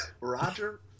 roger